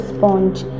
Sponge